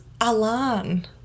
Alan